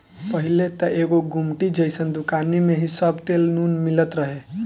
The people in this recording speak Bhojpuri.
पहिले त एगो गुमटी जइसन दुकानी में ही सब तेल नून मिलत रहे